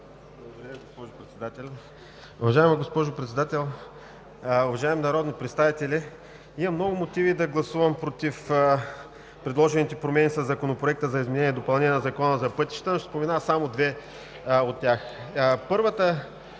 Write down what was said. Благодаря, госпожо Председател.